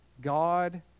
God